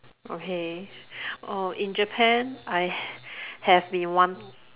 okay oh in Japan I have been wan~